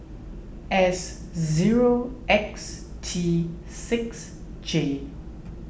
S zero X T six J